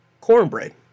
Cornbread